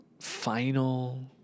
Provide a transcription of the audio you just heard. final